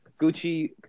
Gucci